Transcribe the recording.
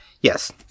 Yes